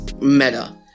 meta